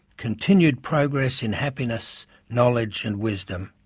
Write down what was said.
continued progress in happiness, knowledge and wisdom.